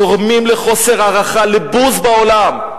גורמות לחוסר הערכה, לבוז בעולם.